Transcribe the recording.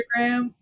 Instagram